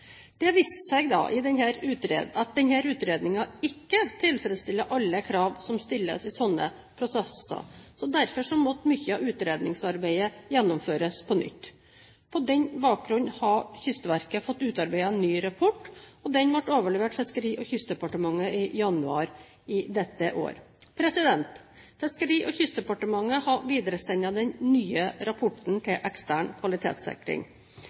Det viste seg da at denne utredningen ikke tilfredsstilte alle krav som stilles i slike prosesser. Derfor måtte mye av utredningsarbeidet gjennomføres på nytt. På den bakgrunn har Kystverket fått utarbeidet en ny rapport, og den ble overlevert Fiskeri- og kystdepartementet i januar dette år. Fiskeri- og kystdepartementet har videresendt den nye rapporten til ekstern kvalitetssikring.